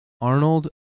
Arnold